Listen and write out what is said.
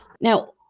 Now